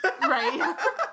right